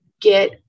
get